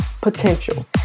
potential